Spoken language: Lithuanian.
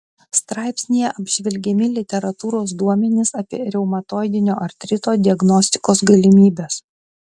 straipsnyje apžvelgiami literatūros duomenys apie reumatoidinio artrito diagnostikos galimybes